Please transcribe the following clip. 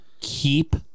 keep